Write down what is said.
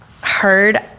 heard